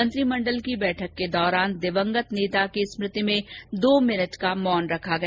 मंत्रिमंडल की बैठक के दौरान दिवंगत नेता की स्मृति में दो मिनट का मौन रखा गया